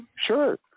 Sure